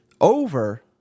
Over